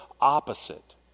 opposite